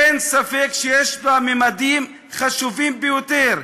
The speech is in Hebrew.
אין ספק שיש בה ממדים חשובים ביותר,